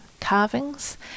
carvings